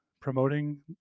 promoting